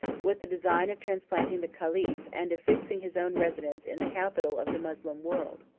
with the design of transplanting the caliph, and of fixing his own residence in the capital of the moslem world.